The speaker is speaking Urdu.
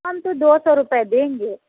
ہم تو دو سو روپیے دیں گے